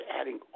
adding